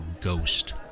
ghost